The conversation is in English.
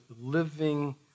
living